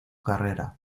carrera